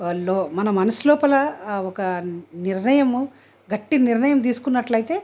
లో మన మనసు లోపల ఒక నిర్ణయము గట్టి నిర్ణయం తీసుకున్నట్లయితే